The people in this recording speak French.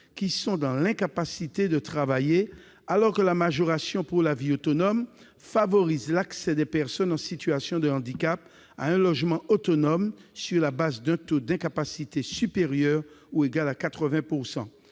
qui sont dans l'incapacité de travailler, alors que la majoration pour la vie autonome favorise l'accès des personnes en situation de handicap à un logement autonome, sur la base d'un taux d'incapacité supérieur ou égal à 80 %.